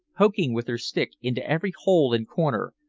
poking with her stick into every hole and corner,